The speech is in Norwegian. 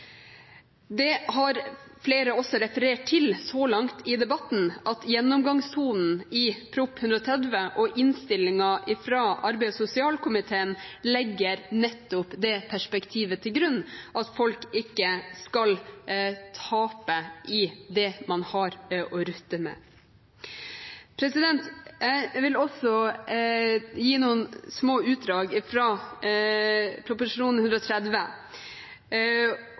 Det har flere også referert til så langt i debatten, at gjennomgangstonen i Prop. 130 L for 2010–2011 og innstillingen fra arbeids- og sosialkomiteen er at man legger nettopp det perspektivet til grunn at folk ikke skal tape i forhold til det man har å rutte med. Jeg vil komme med noen små utdrag fra Prop. 130